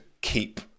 keep